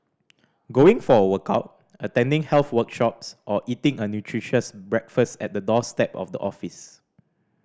going for a workout attending health workshops or eating a nutritious breakfast at the doorstep of the office